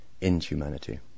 inhumanity